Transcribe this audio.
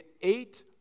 eight